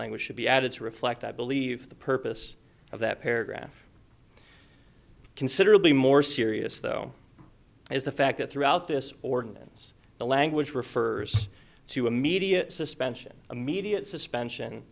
language should be added to reflect i believe the purpose of that paragraph considerably more serious though is the fact that throughout this ordinance the language refers to immediate suspension immediate suspension